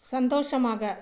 சந்தோஷமாக